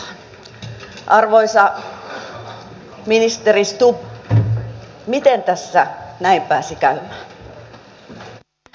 arvoisa ministeri stubb miten tässä näin pääsi käymään